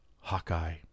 hawkeye